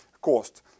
cost